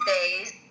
days